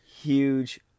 Huge